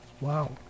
Wow